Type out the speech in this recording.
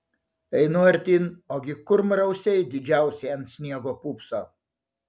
einu artyn ogi kurmrausiai didžiausi ant sniego pūpso